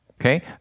okay